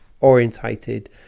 orientated